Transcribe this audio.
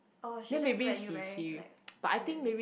oh she just look at you very like weirdly